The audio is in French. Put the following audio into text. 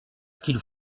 qu’il